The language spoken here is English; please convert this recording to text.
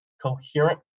coherent